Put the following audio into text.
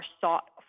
sought